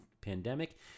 pandemic